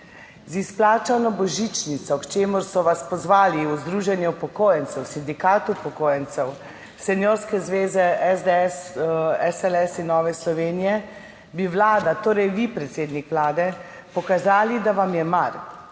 Z izplačano božičnico, k čemur so vas pozvali v združenju upokojencev, Sindikat upokojencev, Seniorske zveze SDS, SLS in Nove Slovenije, bi Vlada, torej vi, predsednik Vlade pokazali, da vam je mar.